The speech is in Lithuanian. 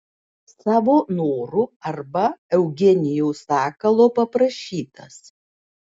savo noru arba eugenijaus sakalo paprašytas